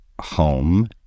home